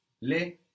les